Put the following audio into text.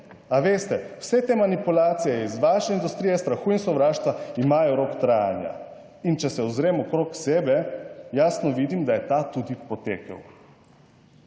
a veste? Vse te manipulacije iz vaše industrije strahu in sovraštva imajo rok trajanja. In če se ozrem okrog sebe jasno vidim, da je ta tudi potekel.